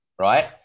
right